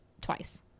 twice